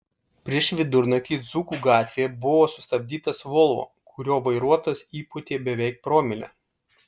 prieš vidurnaktį dzūkų gatvėje buvo sustabdytas volvo kurio vairuotojas įpūtė beveik promilę